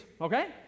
Okay